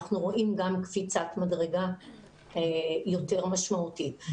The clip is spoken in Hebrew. שאנחנו רואים גם קפיצת מדרגה יותר משמעותית.